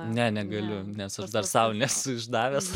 ne negaliu nes dar sau nesu išdavęs